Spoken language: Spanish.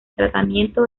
tratamiento